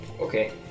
Okay